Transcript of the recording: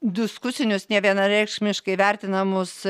diskusinius nevienareikšmiškai vertinamus